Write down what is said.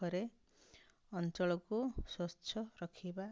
ପାଖରେ ଅଞ୍ଚଳକୁ ସ୍ୱଚ୍ଛ ରଖିବା